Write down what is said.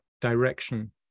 direction